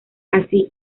así